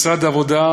משרד העבודה,